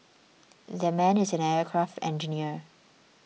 that man is an aircraft engineer